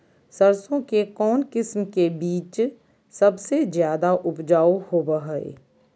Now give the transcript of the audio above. सरसों के कौन किस्म के बीच सबसे ज्यादा उपजाऊ होबो हय?